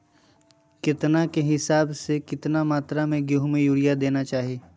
केतना के हिसाब से, कितना मात्रा में गेहूं में यूरिया देना चाही?